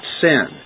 sin